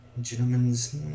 gentlemen's